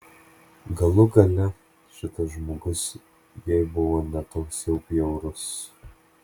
galų gale šitas žmogus jai buvo ne toks jau bjaurus